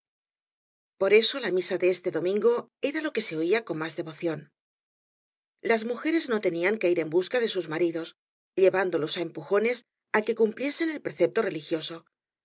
por eso la misa de este domingo era la que se oía con más devoción las mujeres no tenían que ir en busca de sus maridos llevándolos á empujones á que cumpliesen el precepto religioso